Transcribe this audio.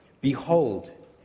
Behold